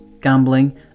gambling